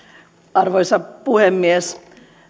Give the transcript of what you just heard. arvoisa puhemies